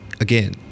again